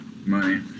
money